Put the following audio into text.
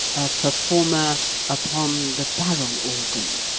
performer upon the barrel organ.